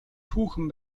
түүхэн